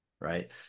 Right